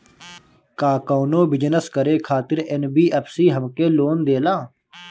का कौनो बिजनस करे खातिर एन.बी.एफ.सी हमके लोन देला?